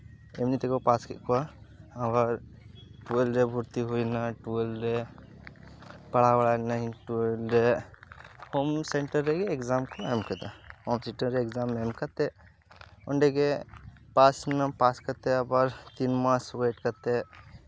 ᱮᱢᱱᱤ ᱛᱮᱠᱚ ᱯᱟᱥ ᱠᱮᱫ ᱠᱚᱣᱟ ᱟᱵᱟᱨ ᱴᱩᱭᱮᱞᱵᱷ ᱨᱮ ᱵᱷᱚᱨᱛᱤ ᱦᱩᱭ ᱱᱟ ᱴᱩᱭᱮᱞᱵᱷ ᱨᱮ ᱯᱟᱲᱦᱟᱣ ᱵᱟᱲᱟᱭᱤᱱᱟᱹᱧ ᱴᱩᱭᱮᱞᱵᱷ ᱨᱮ ᱦᱳᱢ ᱥᱮᱱᱴᱟᱨ ᱨᱮᱜᱮ ᱮᱠᱡᱟᱢ ᱠᱚ ᱮᱢ ᱠᱮᱫᱟ ᱦᱳᱢ ᱥᱮᱱᱴᱟᱨ ᱨᱮ ᱮᱠᱡᱟᱢ ᱮᱢ ᱠᱟᱛᱮᱫ ᱚᱸᱰᱮᱜᱮ ᱯᱟᱥ ᱢᱟ ᱯᱟᱥ ᱠᱟᱛᱮᱫ ᱟᱵᱟᱨ ᱛᱤᱱ ᱢᱟᱥ ᱳᱭᱮᱴ ᱠᱟᱛᱮᱫ